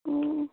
ꯑꯣ